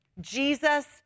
Jesus